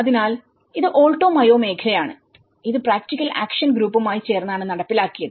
അതിനാൽ ഇത് ആൾട്ടോ മയോമേഖലയാണ് ഇത് പ്രാക്ടിക്കൽ ആക്ഷൻ ഗ്രൂപ്പുമായി ചേർന്നാണ് നടപ്പിലാക്കിയത്